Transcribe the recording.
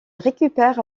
récupère